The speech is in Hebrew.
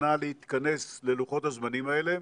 נא להתכנס ללוחות הזמנים האלה.